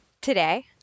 today